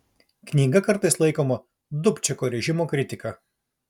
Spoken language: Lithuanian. knyga kartais laikoma dubčeko režimo kritika